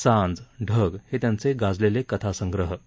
सांज ढग हे त्यांचे गाजलेले कथासंग्रह होत